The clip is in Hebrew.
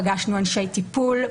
פגשנו אנשי טיפול,